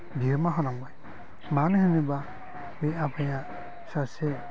बिहोमा होलांबाय मानो होनोबा बे आफाया सासे